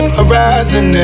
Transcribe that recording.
horizon